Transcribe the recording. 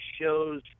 shows